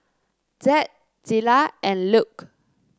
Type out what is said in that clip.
Zed Zillah and Luke